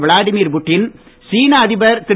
Vladimir Putin சீன அதிபர் திரு